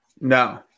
No